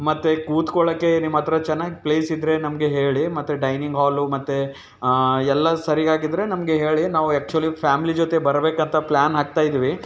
ಮತ್ತೆ ಕೂತ್ಕೊಳ್ಳೋಕೆ ನಿಮ್ಮ ಹತ್ರ ಚೆನ್ನಾಗಿ ಪ್ಲೇಸ್ ಇದ್ದರೆ ನಮಗೆ ಹೇಳಿ ಮತ್ತೆ ಡೈನಿಂಗ್ ಹಾಲು ಮತ್ತು ಎಲ್ಲ ಸರೀಗಾಗಿದ್ದರೆ ನಮಗೆ ಹೇಳಿ ನಾವು ಆ್ಯಕ್ಚುಲಿ ಫ್ಯಾಮ್ಲಿ ಜೊತೆ ಬರಬೇಕಂತ ಪ್ಲ್ಯಾನ್ ಹಾಕ್ತಾಯಿದ್ವಿ